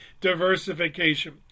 diversification